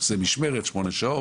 עושה משמרת 8 שעות,